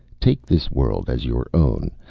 take this world as your own,